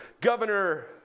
Governor